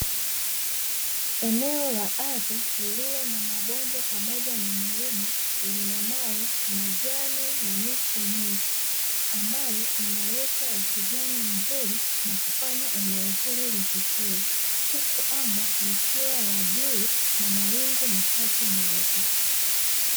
Eneo la ardhi lililo na mabonde pamoja na milima lina mawe majani na miti mingi ambayo inaleta ukijani mzuri na kufanya eneo hili livutie, huku anga likiwa na bluu na mawingu machache meupe.